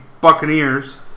Buccaneers